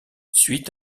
suit